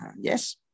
yes